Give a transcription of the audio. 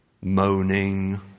Moaning